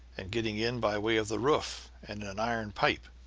and getting in by way of the roof and an iron pipe